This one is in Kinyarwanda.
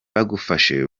bagufashe